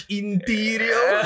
interior